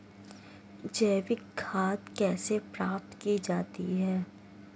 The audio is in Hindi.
जैविक खाद कैसे प्राप्त की जाती है?